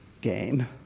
game